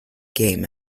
game